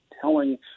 telling